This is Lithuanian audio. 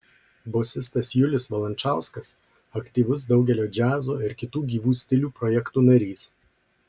bosistas julius valančauskas aktyvus daugelio džiazo ir kitų gyvų stilių projektų narys